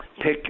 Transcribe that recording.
Pick